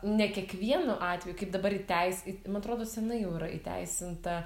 ne kiekvienu atveju kaip dabar įteis man atrodo senai jau yra įteisinta